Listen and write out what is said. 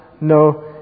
no